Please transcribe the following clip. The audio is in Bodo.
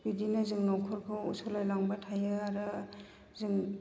बिदिनो जों न'खरखौ सालायलांबाय थायो आरो जों